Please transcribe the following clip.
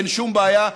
אין שום בעיה,